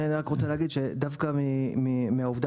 תנו להם מקדמות